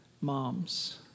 moms